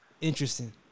Interesting